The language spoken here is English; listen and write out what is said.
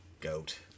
Goat